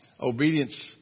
Obedience